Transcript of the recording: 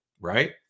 right